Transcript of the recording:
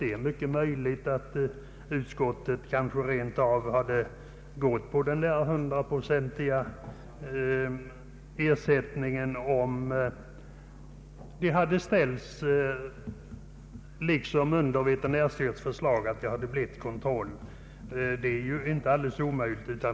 Det är rent av möjligt att utskottet hade tillstyrkt den 100-procentiga ersättningen, om den liksom i veterinärstyrelsens förslag hade kombinerats med en kontroll.